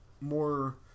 More